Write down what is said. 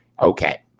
Okay